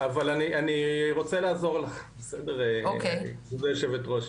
אבל אני רוצה לעזור לך, גברתי יושבת הראש,